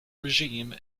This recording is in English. regime